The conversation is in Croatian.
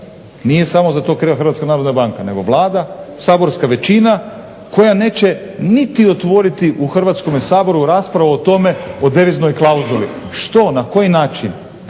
narodna banka, nego Vlada saborska većina koja neće niti otvoriti u Hrvatskome saboru raspravu o tome o deviznoj klauzuli, što, na koji način,